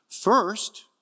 First